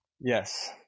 Yes